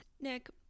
Nick